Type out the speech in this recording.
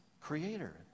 creator